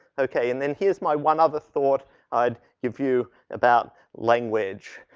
okay. and then here's my one other thought i had review about language.